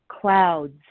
clouds